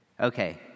Okay